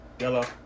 Yellow